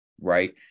right